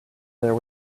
there